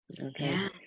okay